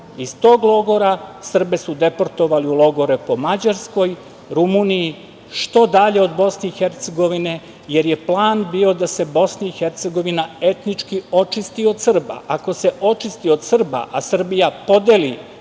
iz tog logora Srbe su deportovali u logore po Mađarskoj, Rumuniji, što dalje od BiH, jer je plan bio da se BiH etnički očisti od Srba. Ako se očisti od Srba, a Srbija podeli